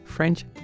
French